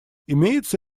имеются